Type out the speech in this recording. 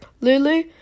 Lulu